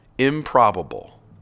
improbable